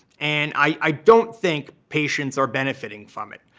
and i don't think patients are benefiting from it.